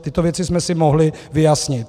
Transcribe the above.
Tyto věci jsme si mohli vyjasnit.